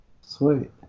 Sweet